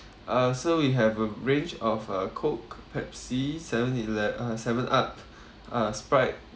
uh so we have a range of uh coke pepsi seven ele~ uh seven up uh sprite